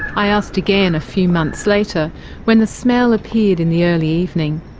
i asked again a few months later when the smell appeared in the early evening.